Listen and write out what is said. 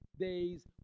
Days